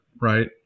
Right